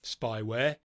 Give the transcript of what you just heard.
spyware